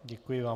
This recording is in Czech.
Děkuji vám.